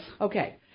Okay